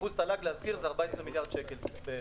אחוז תל"ג, להזכיר, זה כ-14 מיליארד שקל בערך.